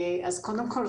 קודם כל,